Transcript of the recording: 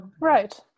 Right